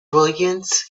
brilliance